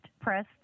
press